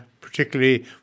particularly